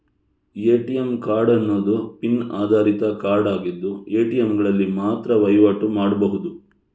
ATM card ಅನ್ನುದು PIN ಆಧಾರಿತ card ಆಗಿದ್ದು ಎ.ಟಿ.ಎಂಗಳಲ್ಲಿ ಮಾತ್ರ ವೈವಾಟು ಮಾಡ್ಬಹುದು